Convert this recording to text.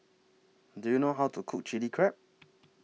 Do YOU know How to Cook Chilli Crab